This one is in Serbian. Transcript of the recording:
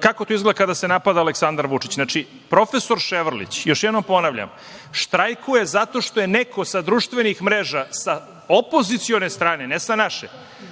kako izgleda kada se napada Aleksandar Vučić? Profesor Ševarlić, još jednom ponavljam, štrajkuje zato što je neko sa društvenih mreža, sa opozicione strane, ne sa naše,